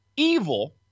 Evil